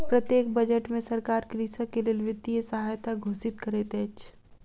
प्रत्येक बजट में सरकार कृषक के लेल वित्तीय सहायता घोषित करैत अछि